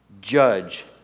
Judge